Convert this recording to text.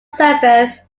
service